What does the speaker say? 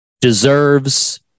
deserves